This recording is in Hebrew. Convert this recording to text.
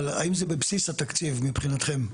אבל האם זה בבסיס התקציב מבחינתכם?